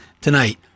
tonight